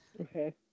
Okay